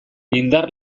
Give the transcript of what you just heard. indar